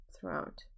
throughout